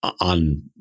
on